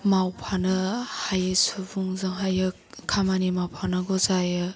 मावफानो हायै सुबुंजोंहायो खामानि मावफानांगौ जायो